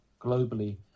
globally